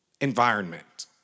environment